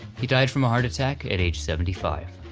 he died from a heart attack at age seventy five